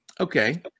okay